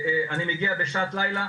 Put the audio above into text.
הגעתי בשעת לילה,